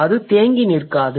அது தேங்கி நிற்காது